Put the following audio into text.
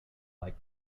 like